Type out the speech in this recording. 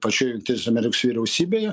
pačioj jungtinės ameriks vyriausybėje